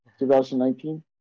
2019